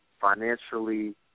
financially